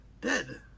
dead